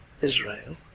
Israel